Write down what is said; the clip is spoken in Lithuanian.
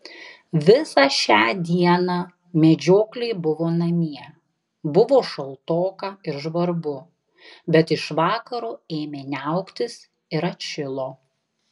visą šią dieną medžiokliai buvo namie buvo šaltoka ir žvarbu bet iš vakaro ėmė niauktis ir atšilo